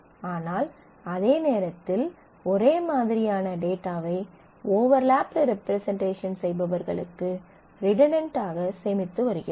ஆனால் அதே நேரத்தில் ஒரே மாதிரியான டேட்டாவை ஓவர்லாப்டு ரெப்ரசன்ட்டேஷன் செய்பவர்களுக்கு ரிடன்டன்ட் ஆக சேமித்து வருகிறோம்